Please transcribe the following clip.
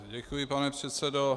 Děkuji, pane předsedo.